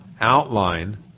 Outline